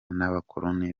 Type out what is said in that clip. n’abakoloni